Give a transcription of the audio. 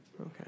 Okay